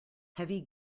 heavy